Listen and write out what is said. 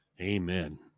Amen